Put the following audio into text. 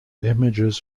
images